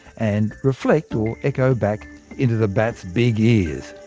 and reflect or echo back into the bat's big ears.